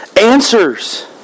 answers